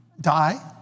die